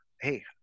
hey